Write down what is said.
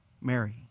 Mary